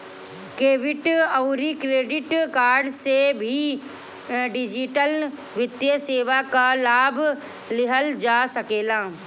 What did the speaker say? debit अउरी credit card से भी डिजिटल वित्तीय सेवा कअ लाभ लिहल जा सकेला